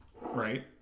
Right